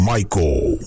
Michael